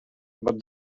but